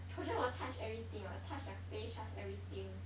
children will touch everything [what] touch their face touch everything